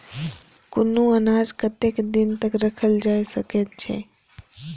कुनू अनाज कतेक दिन तक रखल जाई सकऐत छै?